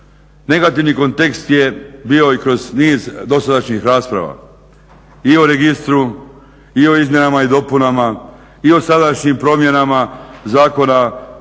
Negativni kontekst je bio i kroz niz dosadašnjih rasprava i o registru i o izmjenama i dopunama i o sadašnjim promjenama Zakona